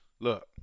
Look